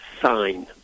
sign